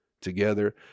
together